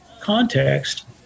context